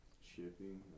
shipping